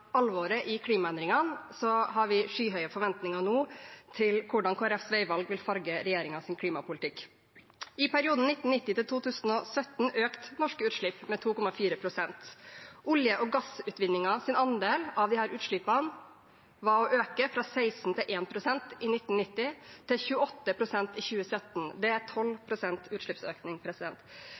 alvoret ved klimaendringene har vi skyhøye forventninger nå til hvordan Kristelig Folkepartis veivalg vil farge regjeringens klimapolitikk. I perioden 1990–2017 økte norske utslipp med 2,4 pst. Olje- og gassutvinningens andel av disse utslippene var en økning fra 16,1 pst. i 1990 til 28 pst. i 2017. Det er 12 pst. utslippsøkning.